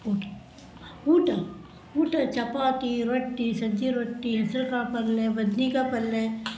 okay ಊಟ ಊಟ ಚಪಾತಿ ರೊಟ್ಟಿ ಸಜ್ಜೆ ರೊಟ್ಟಿ ಹೆಸರು ಕಾಳು ಪಲ್ಯ ಬದ್ನೆಕಾಯ್ ಪಲ್ಯ